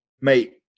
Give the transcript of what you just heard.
mate